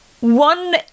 one